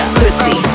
pussy